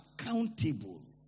accountable